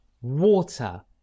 water